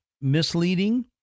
misleading